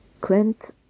Clint